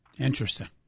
Interesting